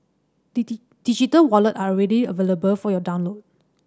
digital wallet are already available for your download